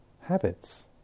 habits